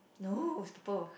no is purple